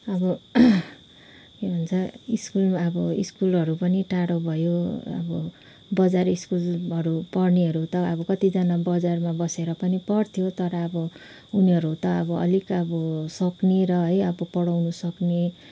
अब के भन्छ स्कुल अब स्कुलहरू पनि टाडो भयो अब बजार स्कुलहरू पढ्नेहरू त कतिजना बजारमा बसेर पनि पढ्थ्यो तर अब उनीहरू त अलिक अब सक्ने र पढाउनु सक्ने